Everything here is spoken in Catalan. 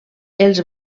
els